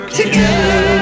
together